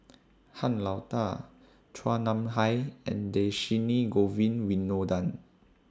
Han Lao DA Chua Nam Hai and Dhershini Govin Winodan